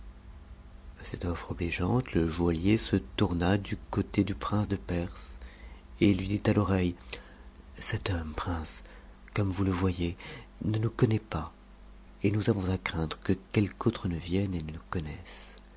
cette offre obligeante le joaillier se tourna du côté du prince de perse et lui dit à l'oreille cet homme prince comme vous le voyez ne nous connaît pas et nous avons à craindre que quelque autre ne vienne et ne